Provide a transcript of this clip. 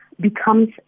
becomes